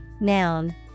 noun